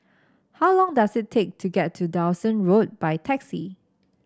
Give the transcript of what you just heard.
how long does it take to get to Dawson Road by taxi